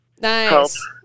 nice